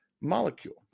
molecule